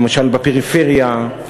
למשל בפריפריה,